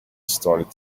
started